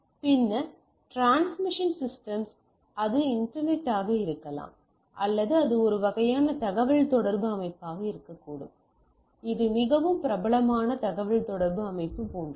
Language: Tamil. பின்னர் டிரான்ஸ்மிஷன் சிஸ்டம்ஸ் அது இன்டர்நெட்டாக இருக்கலாம் அல்லது அது ஒரு வகையான தகவல்தொடர்பு அமைப்பாக இருக்கக்கூடும் இது மிகவும் பிரபலமான தகவல் தொடர்பு அமைப்பு போன்றது